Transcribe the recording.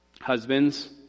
Husbands